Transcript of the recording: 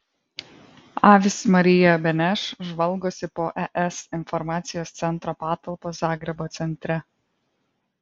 avis marija beneš žvalgosi po es informacijos centro patalpas zagrebo centre